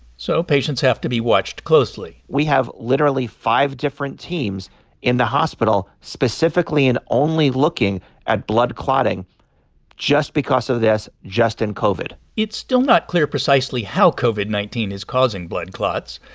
so patients have to be watched closely we have literally five different teams in the hospital specifically and only looking at blood clotting just because of this, just in covid it's still not clear precisely how covid nineteen is causing blood clots.